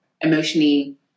emotionally